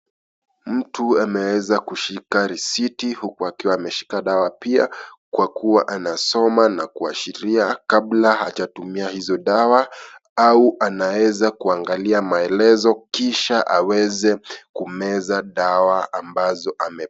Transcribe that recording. Mtu ameeza kushika risiti huku akiwa ameshika dawa pia kwa kuwa anasoma na kuashiria kabla hajatumia hizo dawa au anaeza kuangalia maelezo kisha aweze kumeza dawa ambazo amepewa.